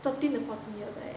thirteen to fourteen years eh